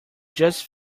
just